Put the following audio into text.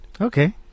Okay